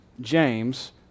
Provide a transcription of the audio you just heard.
James